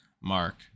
Mark